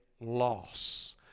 loss